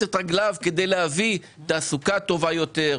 את רגליו כדי להביא תעסוקה טובה יותר,